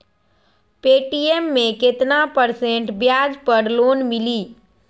Paytm मे केतना percent ब्याज पर लोन मिली?